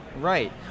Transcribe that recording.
Right